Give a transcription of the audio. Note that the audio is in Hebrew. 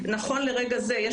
נכון לרגע זה,